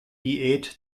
diät